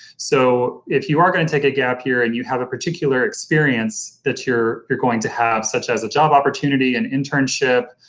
so, if you are going to take a gap year and you have a particular experience that you're you're going to have such as a job opportunity and internship,